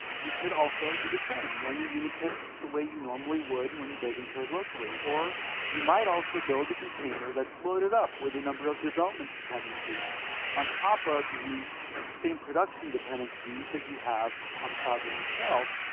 you could also do the same, run your unit tests the way you normally would when building code locally. or you might also build a container that's loaded up with a number of development dependencies on top of the same production dependencies that you have on cloud run itself.